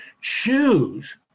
choose